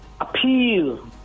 appeal